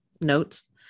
notes